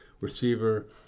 receiver